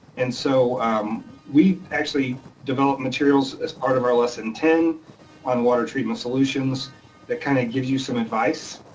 and so we've actually developed materials as part of our lesson ten on water treatment solutions that kinda gives you some advice,